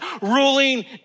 ruling